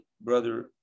brother